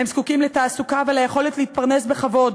הם זקוקים לתעסוקה וליכולת להתפרנס בכבוד,